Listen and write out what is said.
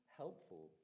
helpful